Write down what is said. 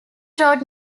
wrote